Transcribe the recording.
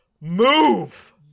move